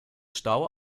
stau